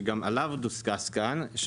שגם עליו דובר כאן,